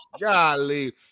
golly